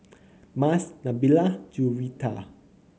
Mas Nabila Juwita